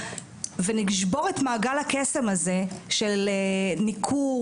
ונשבור את מעגל הקסם הזה של ניכור,